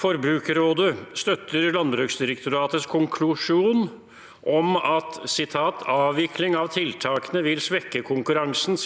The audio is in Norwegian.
Forbrukerrådet støt- ter Landbruksdirektoratets konklusjon om at «avvikling av tiltakene vil svekke konkurransen»,